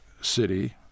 city